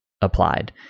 applied